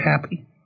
happy